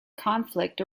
conflict